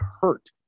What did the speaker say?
hurt